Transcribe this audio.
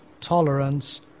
tolerance